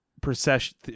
procession